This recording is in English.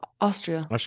Austria